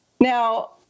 Now